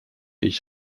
ich